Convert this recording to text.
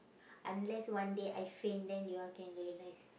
unless one day I faint then you all can realise